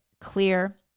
clear